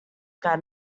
got